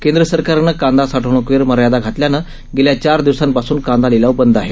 केंद्र सरकारनं कांदा साठवणुकीवर मर्यादा घातल्यानं गेल्या चार दिवसांपासून कांदा लिलाव बंद आहेत